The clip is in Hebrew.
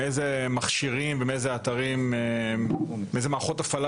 מאיזה מכשירים ומאיזה מערכות הפעלה